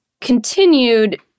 continued